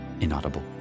inaudible